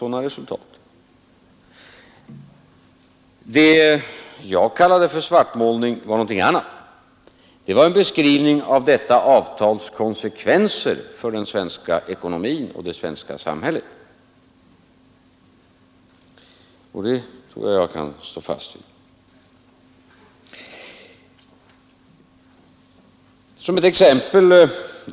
Det jag kallade för svartmålning var någonting annat. Det var en beskrivning av detta avtals konsekvenser för den svenska ekonomin och det svenska samhället, och det omdömet tror jag att jag kan stå fast vid.